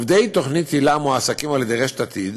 עובדי תכנית היל"ה מועסקים על ידי רשת עתיד,